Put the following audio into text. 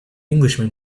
englishman